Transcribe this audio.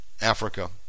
Africa